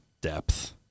depth